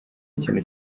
ikintu